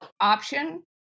option